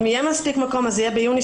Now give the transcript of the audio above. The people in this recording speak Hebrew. אם יהיה מספיק מקום אז זה יהיה ביוני,